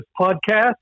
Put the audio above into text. podcast